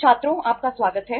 छात्रों आपका स्वागत है